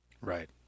Right